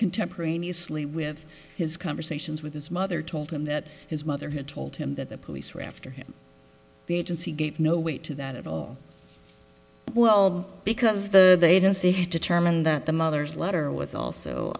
contemporaneously with his conversations with his mother told him that his mother had told him that the police were after him the agency gave no weight to that at all well because the they don't say determined that the mother's letter was